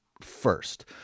first